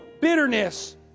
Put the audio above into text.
bitterness